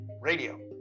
Radio